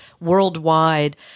worldwide